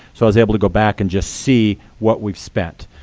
so i was able to go back and just see what we've spent.